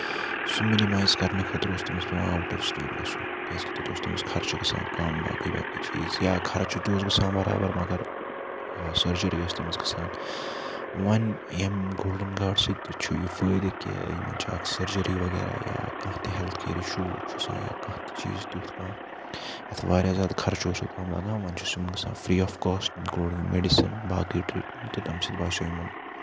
سُہ مِنِمَیز کرنہٕ خٲطرٕ اوس تٔمِس پیٚوان اَوُت آف سِٹیٹ گژھُن کیازِ کہِ تَتہِ اوس تٔمِس خرچہٕ گژھان کَم باقٕے باقٕے چیٖز یا خرچہٕ تہِ اوس گژھان برابر مَگر سٔرجٔری ٲسۍ تٔمِس گژھان وۄںی یِمہِ گولڈَن کارڈ سۭتۍ تہِ چھُ یہِ فٲیدٕ کہِ یِمن چھِ اکھ سٔرجٔری وغیرہ یا کانٛہہ تہِ ہیٚلِتھ کِیر اِشوٗ چھُ آسان یا کانٛہہ تہِ چیٖز تیُتھ کانٛہہ یَتھ واریاہ زیادٕ خرچہٕ اوس اوٚتام لگان وۄنۍ چھُ سُہ یِمن گژھان free of cost including medicine باقٕے ٹریٖٹمینٹ تہٕ تَمہِ سۭتۍ باسیٚو یِمن